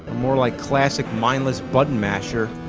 more like classic mindless button masher.